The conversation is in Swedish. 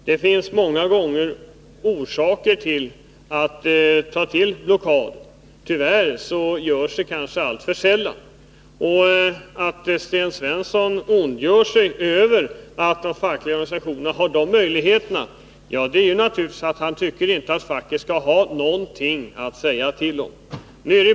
Jag vill säga att det ofta finns anledning att ta till blockad. Tyvärr görs det kanske alltför sällan. Orsaken till att Sten Svensson ondgör sig över att de fackliga organisationerna har dessa möjligheter är naturligtvis att han inte tycker att facket skall ha någonting att säga till om.